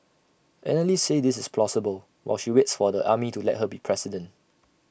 analysts say this is plausible while she waits for the army to let her be president